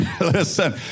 Listen